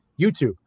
YouTube